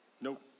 Nope